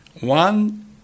One